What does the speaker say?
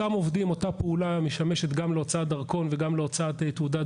אותה פעולה משמשת גם להוצאת דרכון וגם להוצאת תעודת